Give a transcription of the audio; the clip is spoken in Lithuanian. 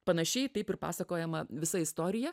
panašiai taip ir pasakojama visa istorija